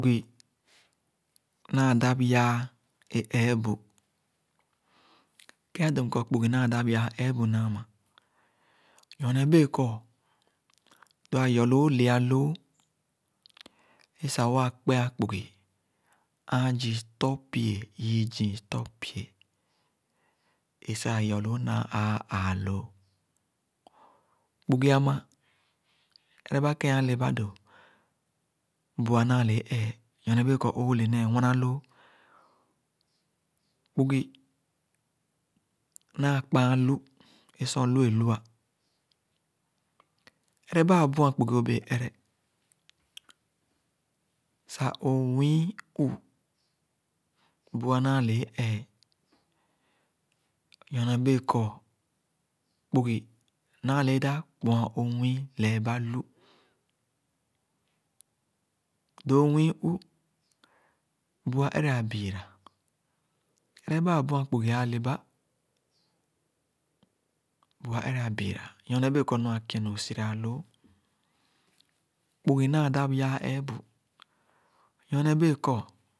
Kpugi naa dap yaa eebu. Kē adoo mkor kpugi naa dap yaa eebu nama, nyorne bee kɔr lo ayorloo le-aloo è sah waa kpea kpugi aan zii t-pie yii zii t-pie e sah ayorloo naa aa aaloo, kpusi āmā, ereba kén aa leba do, bu-a nāāle é ēē nyorne bēē ōōle nēē wanaloo Kpugi naa kpāān lu, é sor lu e lua. Ereba abu-an kpugi ōbee ere sah ō nwii u̱, bu-a nāāle ē ēē nyone bēē kor kpugi naal ē dāp kpoa ō nwii lɛɛba lu lo o-nwii u̱, bu-a ere biira nyorne bēē kor nu-akienu esiraloo Kpugi naa dāp yaa eebu nyorne bee kor.